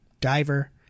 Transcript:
diver